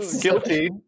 Guilty